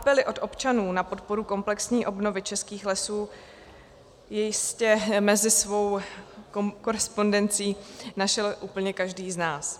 Apely od občanů na podporu komplexní obnovy českých lesů jistě mezi svou korespondencí našel úplně každý z nás.